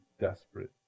desperate